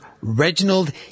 Reginald